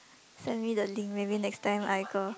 send me the link maybe next time I go